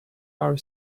our